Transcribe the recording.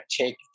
take